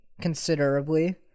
considerably